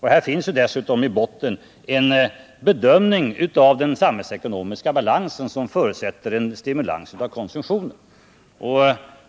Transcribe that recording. Här finns dessutom i botten en gemensam bedömning av den samhällsekonomiska balansen som förutsätter en stimulans av ekonomin och inte en åtstramning.